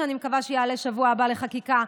שאני מקווה שיעלה בשבוע הבא לחקיקה,